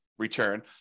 return